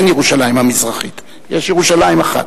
אין ירושלים המזרחית, יש ירושלים אחת.